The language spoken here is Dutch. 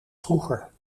vroeger